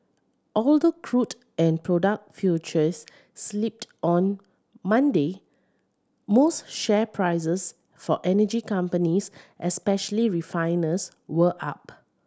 although crude and product futures slipped on Monday most share prices for energy companies especially refiners were up